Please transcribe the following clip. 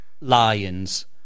lions